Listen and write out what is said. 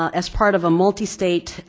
ah as part of a multi-state,